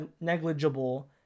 negligible